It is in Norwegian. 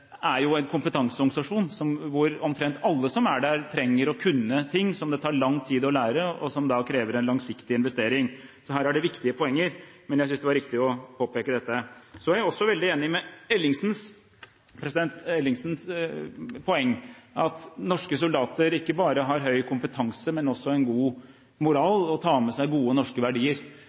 er jo en kompetanseorganisasjon, hvor omtrent alle som er der, trenger å kunne ting som det tar lang tid å lære, og som da krever en langsiktig investering. Så her er det viktige poenger, men jeg syntes det var riktig å påpeke dette. Så er jeg også veldig enig i Ellingsens poeng, at norske soldater ikke bare har høy kompetanse, men også en god moral, og tar med seg gode norske verdier.